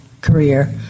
career